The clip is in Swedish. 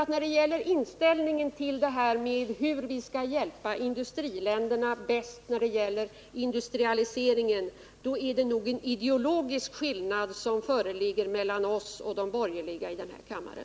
I fråga om inställningen till hur vi bäst skall hjälpa u-länderna med industrialiseringen är det nog en ideologisk skillnad som föreligger mellan oss och de borgerliga i den här kammaren.